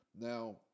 Now